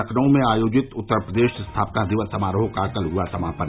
लखनऊ में आयोजित उत्तर प्रदेश स्थापना दिवस समारोह का कल हुआ समापन